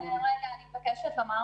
דרומה הוא בגדול